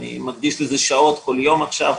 ואני מקדיש לזה שעות כל יום עכשיו,